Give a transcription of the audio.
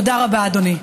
תודה רבה, אדוני.